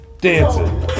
dancing